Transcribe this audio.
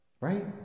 Right